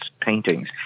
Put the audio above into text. paintings